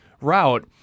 route